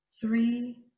three